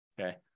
okay